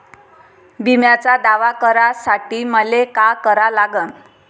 बिम्याचा दावा करा साठी मले का करा लागन?